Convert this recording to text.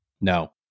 no